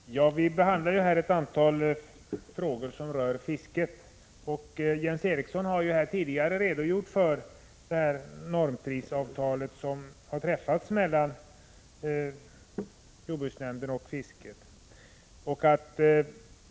Herr talman! Vi behandlar nu ett antal frågor som rör fisket. Jens Eriksson har tidigare redogjort för det normprisavtal som har träffats mellan jordbruksnämnden och fiskerinäringen.